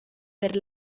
per